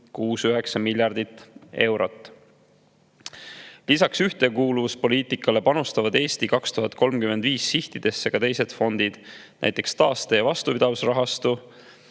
3,369 miljardit eurot. Lisaks ühtekuuluvuspoliitikale panustavad "Eesti 2035" sihtidesse ka teised fondid, näiteks taaste- ja vastupidavusrahastu,